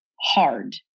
hard